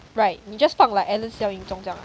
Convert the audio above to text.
right 你 just 放 like alan xiao yun zhong 这样 ah